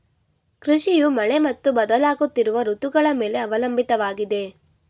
ಕೃಷಿಯು ಮಳೆ ಮತ್ತು ಬದಲಾಗುತ್ತಿರುವ ಋತುಗಳ ಮೇಲೆ ಅವಲಂಬಿತವಾಗಿದೆ